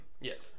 Yes